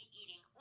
eating